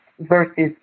versus